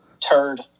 turd